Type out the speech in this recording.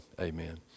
Amen